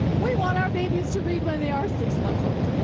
we want our babies to read when they are six months old.